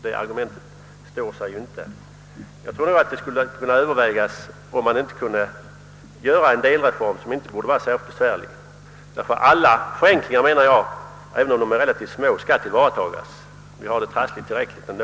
Det argumentet står sig alltså inte heller. Jag tror att man borde överväga att göra en delreform som inte behövde bli särskilt besvärlig. Alla möjligheter till förenklingar — även till relativt små förenklingar — skall tillvaratas, menar jag. Vi har det tillräckligt trassligt ändå.